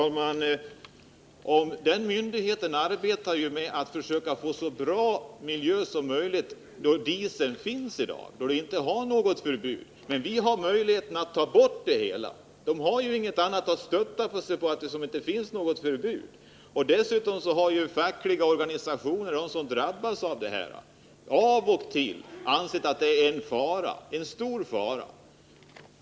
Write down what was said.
Fru talman! Den myndigheten arbetar med att försöka få så bra miljö som möjligt med de dieseldrivna fordonen, eftersom vi i dag inte har något förbud. Men vi har möjlighet att förbjuda användningen av diesel. De fackliga organisationerna anser att de dieseldrivna fordonen i slutna utrymmen under jord innebär en stor fara.